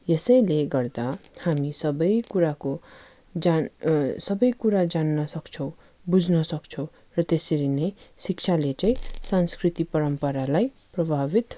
यसैले गर्दा हामी सबै कुराको जान सबै कुरा जान्नसक्छौँ बुझ्नसक्छौँ र त्यसरी नै शिक्षाले चाहिँ संस्कृति पराम्परालाई प्रभावित